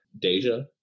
Deja